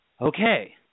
okay